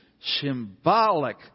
symbolic